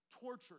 tortured